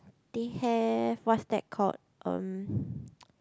they have what's that called um